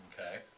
Okay